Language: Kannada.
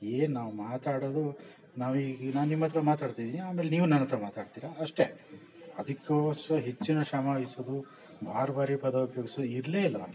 ಏನು ನಾವು ಮಾತಾಡೋದು ನಾವೀಗ ನಾ ನಿಮ್ಮ ಹತ್ರ ಮಾತಾಡ್ತಿದ್ದೀನಿ ಆಮೇಲೆ ನೀವು ನನ್ನ ಹತ್ರ ಮಾತಾಡ್ತೀರ ಅಷ್ಟೆ ಅದಕ್ಕೋಸ್ರ ಹೆಚ್ಚಿನ ಶ್ರಮ ವಹಿಸೋದು ಭಾರಿ ಭಾರಿ ಪದ ಉಪ್ಯೋಗ್ಸೊ ಇರಲೇ ಇಲ್ಲ